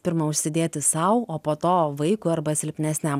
pirma užsidėti sau o po to vaikui arba silpnesniam